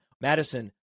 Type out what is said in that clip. Madison